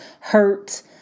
hurt